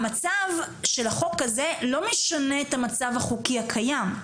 המצב של החוק הזה לא משנה את המצב החוקי הקיים.